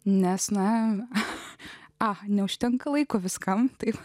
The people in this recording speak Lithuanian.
nes na a neužtenka laiko viskam taip